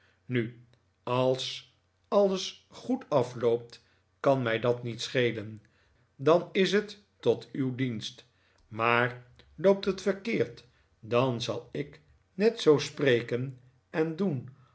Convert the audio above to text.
nu als alles goed afloopt kan mij dat niet schelen dan is het tot uw dienst maar loopt het verkeerd dan zal ik net zoo spreken en doen